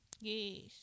Yes